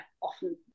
often